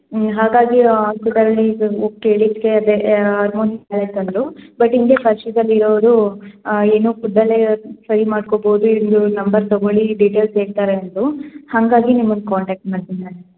ಹ್ಞೂ ಹಾಗಾಗಿ ಕೇಳಿದ್ದಕ್ಕೆ ಅದೇ ಹಾರ್ಮೋನ್ ಇಂಬ್ಯಾಲೆನ್ಸ್ ಅಂದರೂ ಬಟ್ ಹಿಂಗೆ ಪರ್ಚಯ್ದಲ್ಲಿ ಇರೋರು ಏನೂ ಫುಡಲ್ಲೇ ಸರಿ ಮಾಡ್ಕೊಳ್ಬೋದು ನಂಬರ್ ತಗೊಳ್ಳಿ ಡೀಟೇಲ್ಸ್ ಹೇಳ್ತಾರೆ ಅಂದರು ಹಾಗಾಗಿ ನಿಮಗೆ ಕಾಂಟ್ಯಾಕ್ಟ್ ಮಾಡಿದೆ ನಾನು